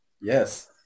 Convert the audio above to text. Yes